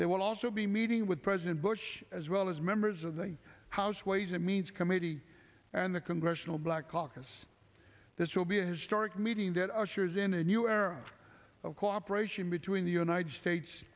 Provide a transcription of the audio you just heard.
will also be meeting with president bush as well as members of the house ways and means committee and the congressional black caucus this will be a historic meeting that ushers in a new era of cooperation between the united states